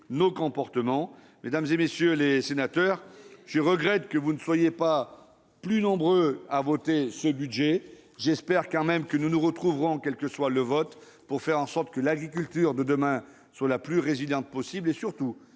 de consommateurs. Mesdames, messieurs les sénateurs, je regrette que vous ne soyez pas plus nombreux à vouloir voter ce projet de budget. J'espère néanmoins que nous nous retrouverons, quelle que soit l'issue du vote, pour faire en sorte que l'agriculture de demain soit la plus résiliente possible et, surtout,